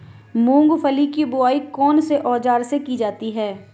मूंगफली की बुआई कौनसे औज़ार से की जाती है?